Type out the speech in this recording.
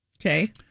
Okay